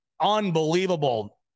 unbelievable